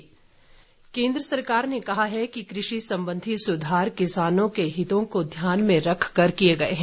तोमर केन्द्र सरकार ने कहा है कि कृषि संबंधी सुधार किसानों के हितों को ध्यान में रखकर किए गए हैं